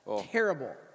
terrible